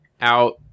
out